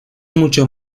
mucho